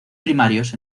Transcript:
primarios